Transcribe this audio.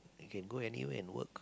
you can go anywhere and work